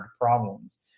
problems